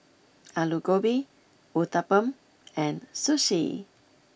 Alu Gobi Uthapam and Sushi